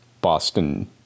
Boston